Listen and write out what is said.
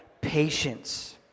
Patience